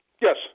Yes